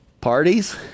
Parties